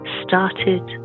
started